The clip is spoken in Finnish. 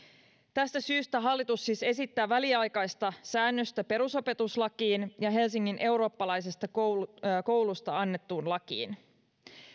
tästä syystä hallitus siis esittää väliaikaista säännöstä perusopetuslakiin ja helsingin eurooppalaisesta koulusta koulusta annettuun lakiin